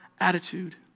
attitude